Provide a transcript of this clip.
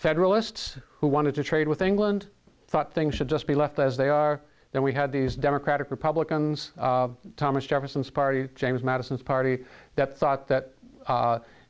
federalists who wanted to trade with england thought things should just be left as they are then we had these democratic republicans thomas jefferson's party james madison's party that thought that